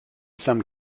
some